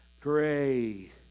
Pray